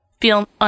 feel